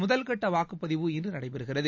முதல் கட்ட வாக்குப்பதிவு இன்று நடைபெறுகிறது